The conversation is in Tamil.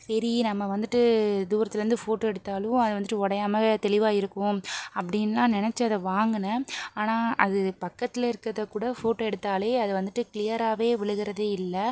சரி நம்ம வந்துட்டு தூரத்தில் இருந்து ஃபோட்டோ எடுத்தாலும் அதை வந்துட்டு உடையாம தெளிவாக இருக்கும் அப்படினுலாம் நினச்சி அதை வாங்கினேன் ஆனால் அது பக்கத்தில் இருக்கிறத கூட ஃபோட்டோ எடுத்தாலே அது வந்துட்டு கிளியராகவே விழுகுறதே இல்லை